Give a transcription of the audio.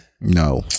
No